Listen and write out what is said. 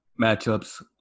matchups